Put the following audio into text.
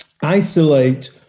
isolate